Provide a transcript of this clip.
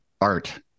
art